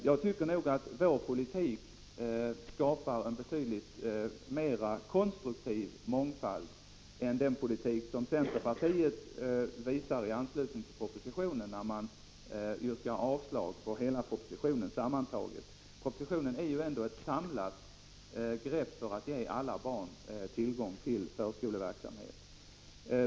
Jag tycker nog att vår politik skapar en betydligt mer konstruktiv mångfald än den politik som centern förordar när man yrkar avslag på hela propositionen. Propositionen innebär ju ändå ett samlat grepp för att ge alla barn tillgång till förskoleverksamhet.